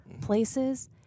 Places